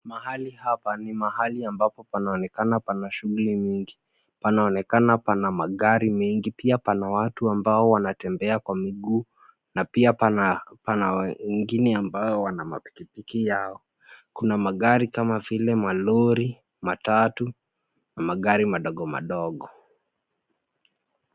Mahali hapa ni mahali ambapo panaonekana pana shughuli mingi. Panaonekana pana magari mingi, pia pana watu ambao wanatembea kwa miguu na pia pana wengine ambao wana pikipiki yao. Kuna magari kama vile malori, matatu na magari madogo madogo.